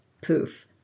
Poof